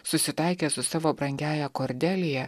susitaikęs su savo brangiąja kordelija